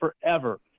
forever